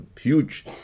huge